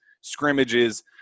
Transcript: scrimmages